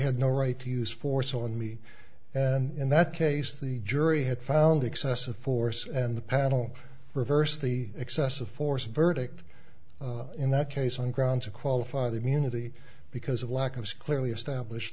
had no right to use force on me and in that case the jury had found excessive force and the panel reversed the excessive force verdict in that case on grounds of qualify the community because of lack of clearly establish